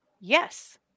yes